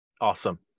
Awesome